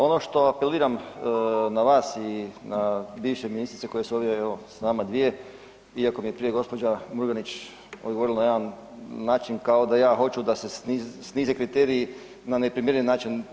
Ono što apeliram na vas i na bivše ministrice koje su ovdje evo s nama dvije iako mi je prije gospođa Murganić odgovorila na jedan način kao da ja hoću da se snize kriteriji na neprimjeren način.